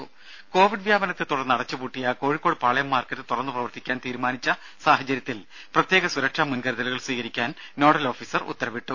രുര കോവിഡ് വ്യാപനത്തെ തുടർന്ന് അടച്ചുപൂട്ടിയ കോഴിക്കോട് പാളയം മാർക്കറ്റ് തുറന്ന് പ്രവർത്തിക്കാൻ തീരുമാനിച്ച സാഹചര്യത്തിൽ പ്രത്യേക സുരക്ഷാ മുൻകരുതലുകൾ സ്വീകരിക്കാൻ നോഡൽ ഓഫിസർ ഉത്തരവിട്ടു